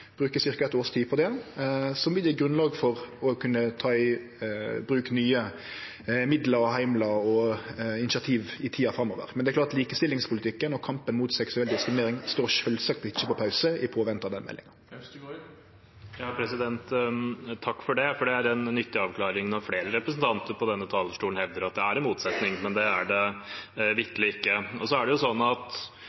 eit års tid på det, som vil gje grunnlag for å kunne ta i bruk nye middel, heimlar og initiativ i tida framover. Men likestillingspolitikken og kampen mot seksuell diskriminering står sjølvsagt ikkje på pause i påvente av den meldinga. Takk for det. Det var en nyttig avklaring, for flere på denne talerstolen hevder at det er en motsetning. Men det er det